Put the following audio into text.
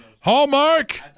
Hallmark